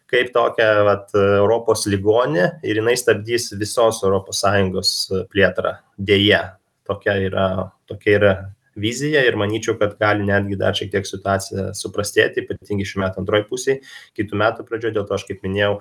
kaip tokią vat europos ligonę ir jinai stabdys visos europos sąjungos plėtrą deja tokia yra tokia yra vizija ir manyčiau kad gali netgi dar šiek tiek situacija suprastėti ypatingai šių metų antroj pusėj kitų metų pradžioj dėl to aš kaip minėjau